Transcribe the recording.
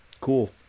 cool